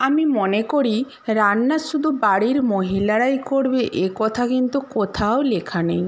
আমি মনে করি রান্না শুধু বাড়ির মহিলারাই করবে এ কথা কিন্তু কোথাও লেখা নেই